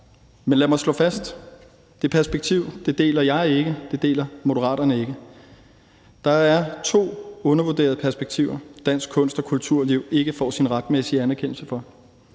Men lad mig slå fast: Det perspektiv deler jeg ikke. Det deler Moderaterne ikke. Der er to undervurderede perspektiver, dansk kunst- og kulturliv ikke får sin retmæssige anerkendelse for.